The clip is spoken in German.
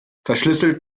verschlüsselt